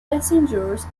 passengers